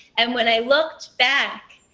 and when i looked back,